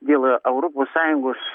dėl europos sąjungos